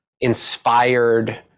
inspired